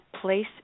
place